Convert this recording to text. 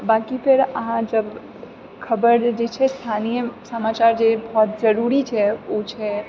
बाँकी फेर अहाँसब खबरि जे छै स्थानीय समाचार जे बहुत जरुरी छै उ छै